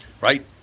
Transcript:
right